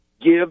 give